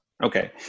Okay